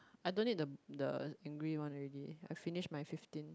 I don't need the the angry one already I finish my fifteen